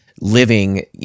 living